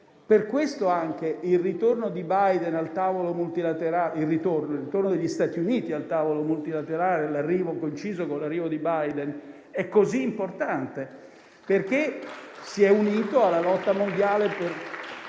Per questo il ritorno degli Stati Uniti al tavolo multilaterale, coinciso con l'arrivo di Biden, è così importante, perché si è unito alla lotta mondiale per